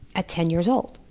at ten years old,